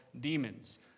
demons